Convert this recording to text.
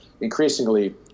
increasingly